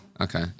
Okay